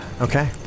Okay